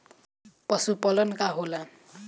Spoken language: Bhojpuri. पशुपलन का होला?